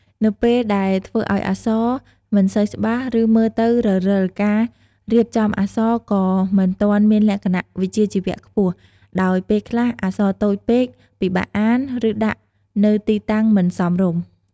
នៅពេលដែលធ្វើឱ្យអក្សរ មិនសូវច្បាស់ ឬមើលទៅរិលៗការរៀបចំអក្សរក៏មិនទាន់មានលក្ខណៈវិជ្ជាជីវៈខ្ពស់ ដោយពេលខ្លះអក្សរតូចពេក ពិបាកអាន ឬដាក់នៅទីតាំងមិនសមរម្យ ។